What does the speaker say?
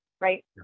right